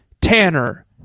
Tanner